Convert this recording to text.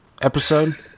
episode